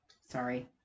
Sorry